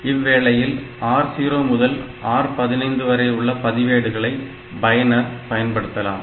இவ்வேளையில் R 0 முதல் R 15 வரையுள்ள பதிவேடுகளை பயனர் பயன்படுத்தலாம்